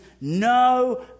No